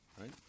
right